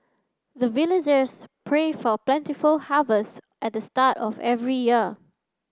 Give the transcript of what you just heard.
the villagers pray for plentiful harvest at the start of every year